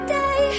day